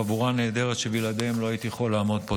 חבורה נהדרת שבלעדיהם לא הייתי יכול לעמוד פה.